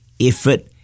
effort